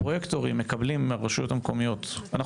הפרויקטורים מקבלים מהרשויות המקומיות,